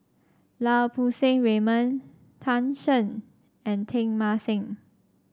Lau Poo Seng Raymond Tan Shen and Teng Mah Seng